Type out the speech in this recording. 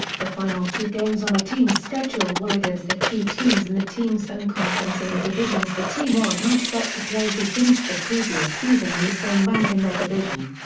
the final two games on a team's schedule were against the two teams in the team's own conference in the divisions the team was not set to play who finished the previous season in the same rank in their division.